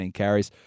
carries